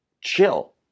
chill